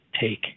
take